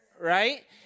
right